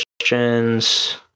questions